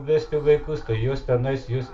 vesti vaikus kai jos tenais juos